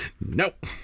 Nope